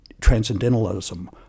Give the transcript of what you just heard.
transcendentalism